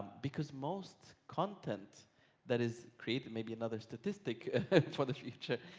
because most content that is created may be another statistic for the future,